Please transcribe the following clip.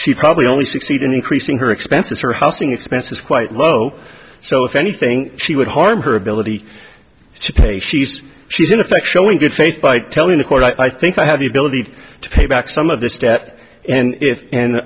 she probably only succeed in increasing her expenses for housing expenses quite low so if anything she would harm her ability to pay she says she's in effect showing good faith by telling the court i think i have the ability to pay back some of this debt and if and